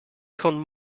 con